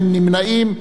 אין נמנעים,